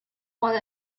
one